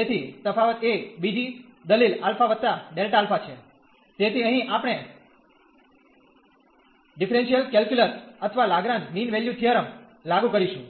તેથી તફાવત એ બીજી દલીલ α Δα છે તેથી અહીં આપણે ડિફરેન્શીયલ કેલ્ક્યુલસ અથવા લાંગ્રજ મીન વેલ્યૂ થીયરમ લાગુ કરીશું